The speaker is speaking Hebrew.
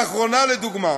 לאחרונה, לדוגמה,